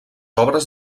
obres